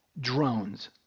Drones